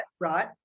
right